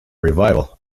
revival